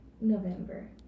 November